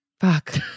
Fuck